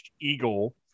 eagle